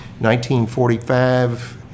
1945